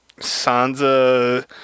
Sansa